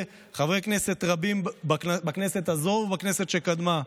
חברי כנסת רבים בכנסת הזו ובכנסת שקדמה.